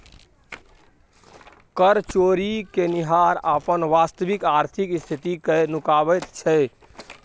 कर चोरि केनिहार अपन वास्तविक आर्थिक स्थिति कए नुकाबैत छै